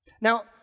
now